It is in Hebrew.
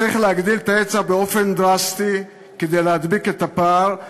צריך להגדיל את ההיצע באופן דרסטי כדי להדביק את הפער.